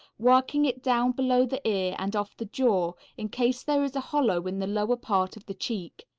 working it down below the ear and off the jaw in case there is a hollow in the lower part of the cheek.